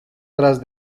tras